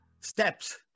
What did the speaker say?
steps